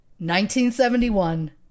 1971